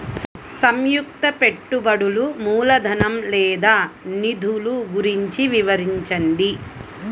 సంయుక్త పెట్టుబడులు మూలధనం లేదా నిధులు గురించి వివరించండి?